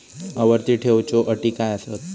आवर्ती ठेव च्यो अटी काय हत?